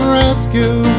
rescue